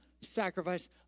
sacrifice